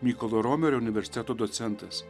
mykolo romerio universiteto docentas